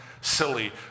silly